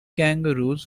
kangaroos